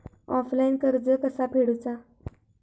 Offline कर्ज कसा फेडूचा?